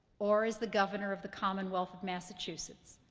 or as the governor of the commonwealth of massachusetts,